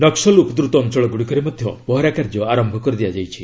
ନକ୍ନଲ ଉପଦ୍ରତ ଅଞ୍ଚଳଗୁଡ଼ିକରେ ମଧ୍ୟ ପହରା କାର୍ଯ୍ୟ ଆରନ୍ଭ କରିଦିଆଯାଇଛି